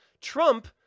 Trump